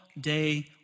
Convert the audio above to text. day